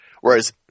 Whereas